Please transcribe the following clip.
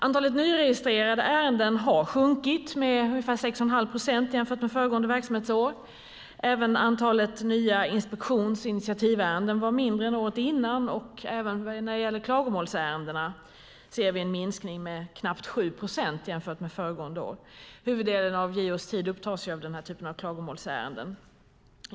Antalet nyregistrerade ärenden har sjunkit med ungefär 6 1⁄2 procent sedan föregående verksamhetsår. Även antalet nya inspektions och initiativärenden var mindre än året innan, och även när det gäller klagomålsärendena ser vi en minskning med knappt 7 procent sedan föregående år. Huvuddelen av JO:s tid upptas ju av den här typen av klagomålsärenden.